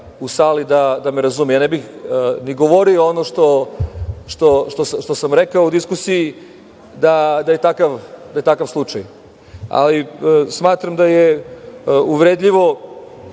da me razume. Ja ne bih ni govorio ono što sam rekao u diskusiji, da je takav slučaj. Ali, smatram da je uvredljivo